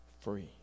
free